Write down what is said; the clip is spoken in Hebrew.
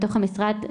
בתוך המשרד,